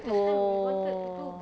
oh